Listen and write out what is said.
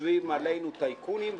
חושבים עלינו טייקונים,